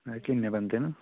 किन्ने बंदे न